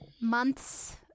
months